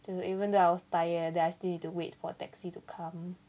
even though I was tired then I still need to wait for taxi to come